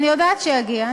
אני יודעת שיגיע,